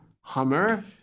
Hummer